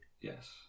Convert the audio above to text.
Yes